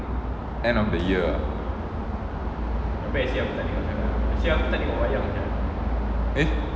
end of the year ah